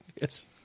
yes